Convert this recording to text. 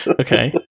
Okay